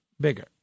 bigger